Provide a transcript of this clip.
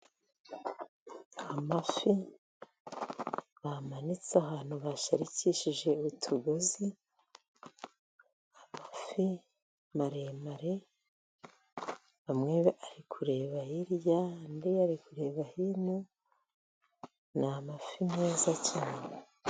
Amafi bamanitse ahantu bashayikishije utugozi, amafi maremare amwe ari kureba hirya, andi ari kureba hino ni amafi meza cyane.